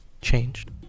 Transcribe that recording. changed